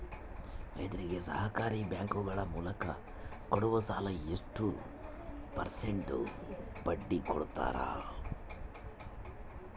ರೈತರಿಗೆ ಸಹಕಾರಿ ಬ್ಯಾಂಕುಗಳ ಮೂಲಕ ಕೊಡುವ ಸಾಲ ಎಷ್ಟು ಪರ್ಸೆಂಟ್ ಬಡ್ಡಿ ಕೊಡುತ್ತಾರೆ?